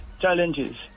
challenges